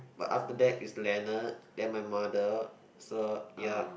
but after that is Leonard then my mother so ya